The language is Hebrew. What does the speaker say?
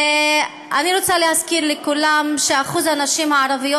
ואני רוצה להזכיר לכולם ששיעור הנשים הערביות